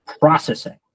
processing